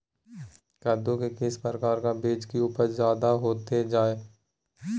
कददु के किस प्रकार का बीज की उपज जायदा होती जय?